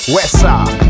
Westside